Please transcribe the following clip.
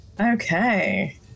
Okay